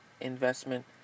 Investment